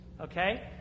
okay